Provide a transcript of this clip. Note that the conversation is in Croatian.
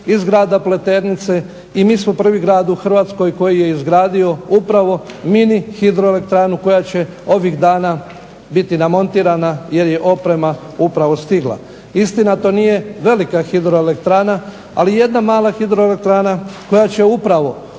iz grada Pleternice i mi smo prvi grad u Hrvatskoj koji je izgradio upravo mini hidroelektranu koja će ovih dana biti namontirana jer je oprema upravo stigla. Istina, to nije velika hidroelektrana ali jedna mala hidroelektrana koja će upravo